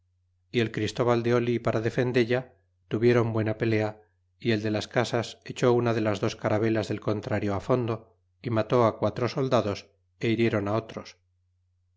y el christóval de para defendella tuvieron buena pelea y el de las casas echó una de las dos caravelas del contrario fondo y mató quatro soldados é hirieron otros